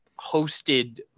hosted